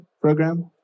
program